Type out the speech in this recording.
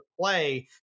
play